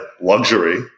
luxury